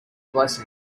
blessing